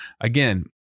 Again